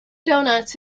donuts